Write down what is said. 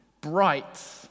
bright